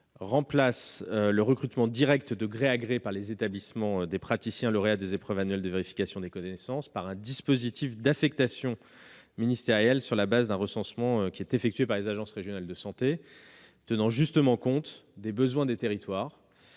remplace le recrutement direct de gré à gré par les établissements des praticiens lauréats des épreuves annuelles de vérification des connaissances par un dispositif d'affectation ministérielle sur la base d'un recensement effectué par les agences régionales de santé, tenant justement compte des besoins des territoires